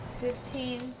Fifteen